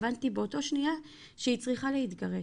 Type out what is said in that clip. הבנתי באותה שניה שהיא צריכה להתגרש,